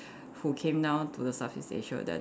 who came down to the Southeast Asia then